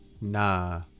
Nah